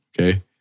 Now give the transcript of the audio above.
Okay